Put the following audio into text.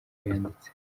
yanditse